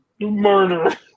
Murder